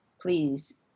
please